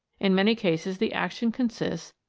in many cases the action consists,